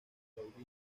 caudillo